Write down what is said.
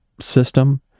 system